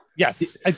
Yes